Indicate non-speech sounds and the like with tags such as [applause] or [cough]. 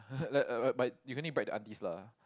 [laughs] but you can only brag the aunties lah